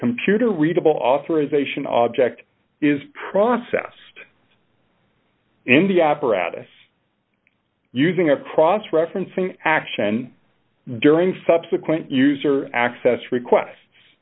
readable authorization object is processed in the apparatus using a cross referencing action during subsequent user access requests